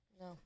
no